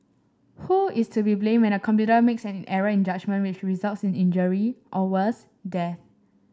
who is to be blamed when a computer makes an error in judgement which results in injury or worse death